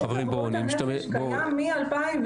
בריאות הנפש קיים מ-2019.